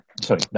sorry